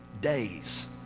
days